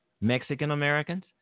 Mexican-Americans